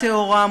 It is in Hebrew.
טהורה,